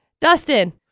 Dustin